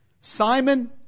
Simon